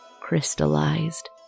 crystallized